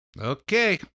Okay